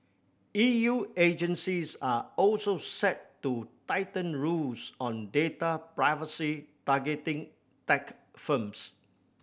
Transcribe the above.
E U agencies are also set to tighten rules on data privacy targeting tech firms